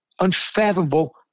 unfathomable